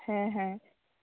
ᱦᱮᱸ ᱦᱮᱸ